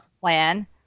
plan